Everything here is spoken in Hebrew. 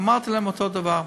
ואמרתי להם אותו דבר: